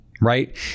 right